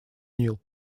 нил